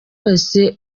wese